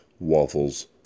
waffles